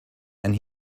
and